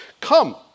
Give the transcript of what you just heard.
Come